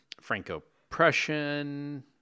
Franco-Prussian